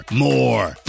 more